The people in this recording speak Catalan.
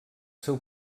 seu